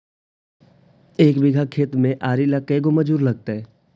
एक बिघा खेत में आरि ल के गो मजुर लगतै?